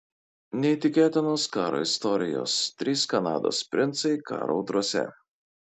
neįtikėtinos karo istorijos trys kanados princai karo audrose